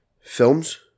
films